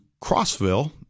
crossville